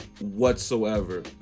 whatsoever